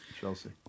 Chelsea